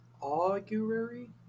Augury